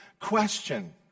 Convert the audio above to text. question